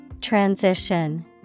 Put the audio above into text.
Transition